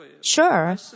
Sure